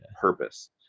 purpose